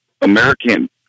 American